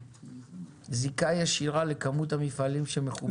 לזיקה ישירה לכמות המפעלים שמחוברים?